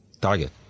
target